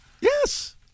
Yes